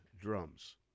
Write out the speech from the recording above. drums